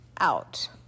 out